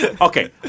Okay